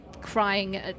crying